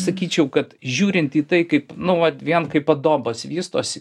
sakyčiau kad žiūrint į tai kaip nu vat vien kaip adobas vystosi